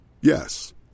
Yes